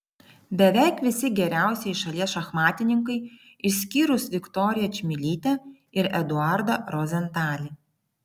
beveik visi geriausieji šalies šachmatininkai išskyrus viktoriją čmilytę ir eduardą rozentalį